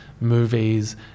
movies